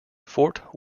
fort